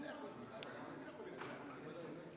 אני קובע שהצעת חוק תכנון משק החלב (תיקון